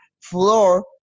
floor